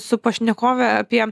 su pašnekove apie